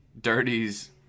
Dirty's